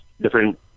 Different